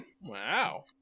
Wow